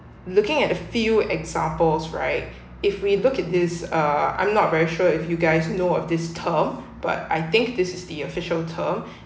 looking at a few examples right if we look at this uh I'm not very sure if you guys know of this term but I think this is the official term